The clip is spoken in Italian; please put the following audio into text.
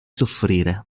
soffrire